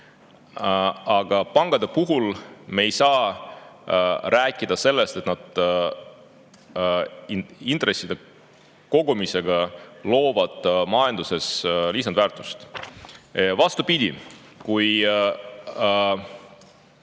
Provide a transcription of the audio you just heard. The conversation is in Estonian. Aga pankade puhul me ei saa rääkida sellest, et nad intresside kogumisega loovad majanduses lisandväärtust. Vastupidi,